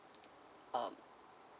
um